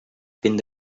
fent